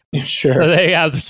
Sure